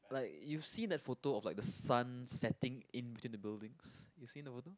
like you see that photo of like the sun setting in between the buildings you seen the photo